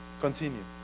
Continue